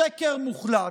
שקר מוחלט.